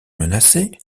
menacée